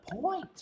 point